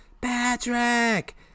Patrick